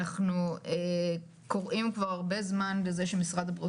אנחנו קוראים כבר הרבה זמן לזה שמשרד הבריאות